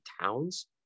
Towns